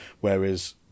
Whereas